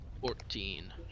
Fourteen